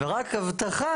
ורק הבטחה,